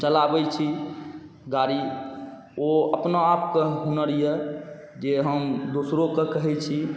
हम चलाबै छी गाड़ी ओ अपना आपके हुनर अइ जे हम दोसरोके कहै छी